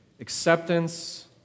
acceptance